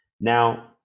Now